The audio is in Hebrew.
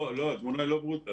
התמונה לא ורודה.